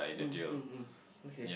um um um okay